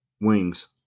wings